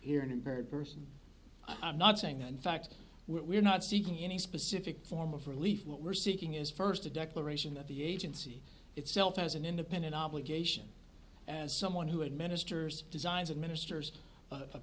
hearing impaired person i'm not saying that in fact we're not seeking any specific form of relief what we're seeking is first a declaration that the agency itself has an independent obligation as someone who administers designs administers